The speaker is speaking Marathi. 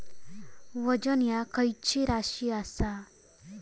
वजन ह्या खैची राशी असा?